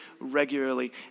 regularly